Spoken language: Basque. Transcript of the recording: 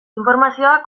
informazioa